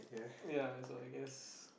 ya that's all I guess